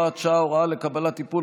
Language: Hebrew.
הוראת שעה) (הוראה לקבלת טיפול),